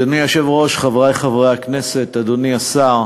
1. אדוני היושב-ראש, חברי חברי הכנסת, אדוני השר,